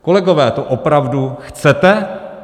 Kolegové, to opravdu chcete?